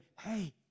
Hey